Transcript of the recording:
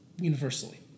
universally